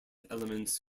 elements